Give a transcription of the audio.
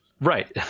right